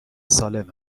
سالم